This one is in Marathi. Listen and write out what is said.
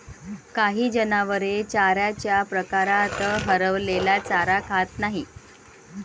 काही जनावरे चाऱ्याच्या प्रकारात हरवलेला चारा खात नाहीत